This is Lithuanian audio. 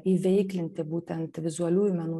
įveiklinti būtent vizualiųjų menų